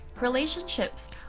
relationships